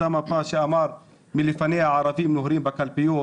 אותה מפה שמלפניה הוא אמר "הערבים נוהרים לקלפיות",